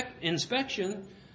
inspection